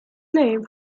name